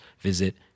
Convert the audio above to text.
visit